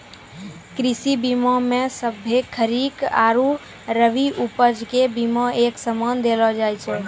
कृषि बीमा मे सभ्भे खरीक आरु रवि उपज के बिमा एक समान देलो जाय छै